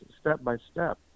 step-by-step